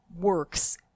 works